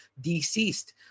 deceased